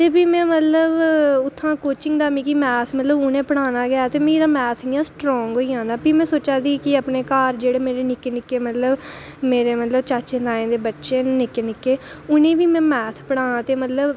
ते भी मतलब कोचिंग दा मैथ मतलब मिगी उनें पढ़ाना गै ऐ ते मेरा मैथ इं'या ना स्ट्रांग होई जाना ते में सोचा दी मेरे घर जेह्ड़े मेरे निक्के निक्के मतलब मेरे मतलब चाचें तायें दे बच्चे न निक्के निक्के उनें गी बी में मैथ पढ़ांऽ मतलब